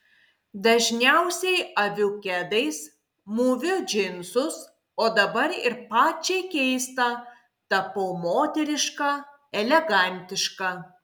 dažniausiai aviu kedais mūviu džinsus o dabar ir pačiai keista tapau moteriška elegantiška